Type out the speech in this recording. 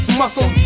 muscle